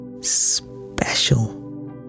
special